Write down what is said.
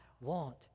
want